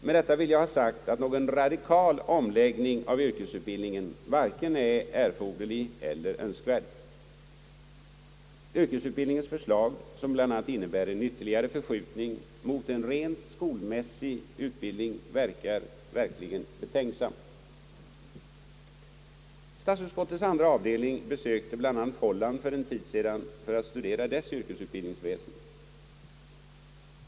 Med detta vill jag ha sagt att någon radikal omläggning av yrkesutbildningen varken är erforderlig eller önskvärd, Yrkesutbildningsberedningens = förslag som bl.a. innebär en ytterligare förskjutning mot en rent skolmässig utbildning verkar verkligen betänksamt. Statsutskottets andra avdelning besökte bl.a. Holland för en tid sedan för att studera dess yrkesutbildningsväsen.